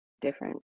different